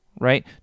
right